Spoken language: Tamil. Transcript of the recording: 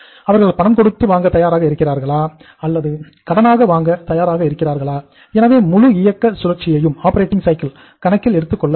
அவர்கள் பணம் கொடுத்து வாங்க தயாராக இருக்கிறார்களா அல்லது கடனாக கணக்கில் எடுத்துக் கொள்ள வேண்டும்